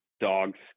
Dogs